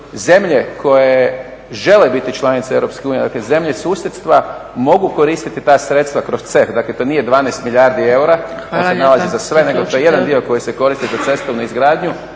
zemlje koje žele biti članice Europske unije, dakle zemlje susjedstva mogu koristiti ta sredstva kroz …. Dakle to nije 12 milijardi eura, to se nalazi za sve nego to je jedan dio koji se koristi za cestovnu izgradnju